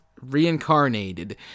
reincarnated